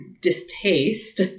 distaste